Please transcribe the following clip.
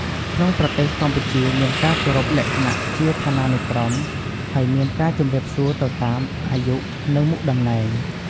ក្នុងប្រទេសកម្ពុជាមានការគោរពលក្ខណៈជាឋានានុក្រម ហើយមានការជម្រាបសួរទៅតាម អាយុ និងមុខតំណែង។